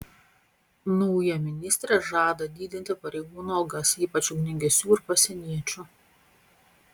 nauja ministrė žada didinti pareigūnų algas ypač ugniagesių ir pasieniečių